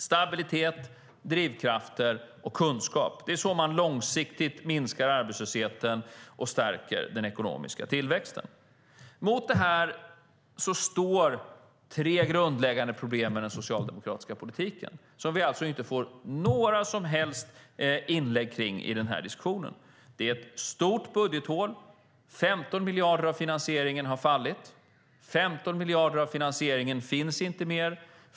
Stabilitet, drivkrafter och kunskap - det är så man långsiktigt minskar arbetslösheten och stärker den ekonomiska tillväxten. Mot det här står tre grundläggande problem i den socialdemokratiska politiken, som vi alltså inte får några som helst inlägg kring i den här diskussionen. Det finns ett stort budgethål. 15 miljarder av finansieringen har fallit. 15 miljarder av finansieringen finns inte mer.